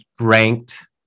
ranked